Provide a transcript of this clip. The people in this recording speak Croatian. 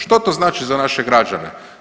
Što to znači za naše građane?